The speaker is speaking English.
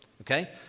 okay